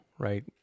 right